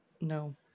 no